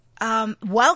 Welcome